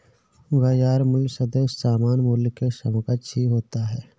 बाजार मूल्य सदैव सामान्य मूल्य के समकक्ष ही होता है